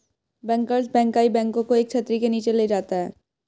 bankers bank कई बैंकों को एक छतरी के नीचे ले जाता है